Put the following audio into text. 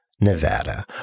Nevada